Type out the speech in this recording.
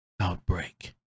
outbreak